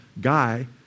guy